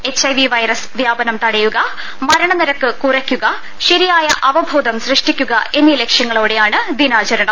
H I V virus വ്യാപനം തടയുക മരണ നിരക്ക് കുറ യ്ക്കുക ശരിയായ അവബോധം സൃഷ്ടിക്കുക എന്നീ ലക്ഷ്യ ങ്ങളോടെയാണ് ദിനാചരണം